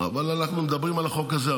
אבל אנחנו מדברים על החוק הזה.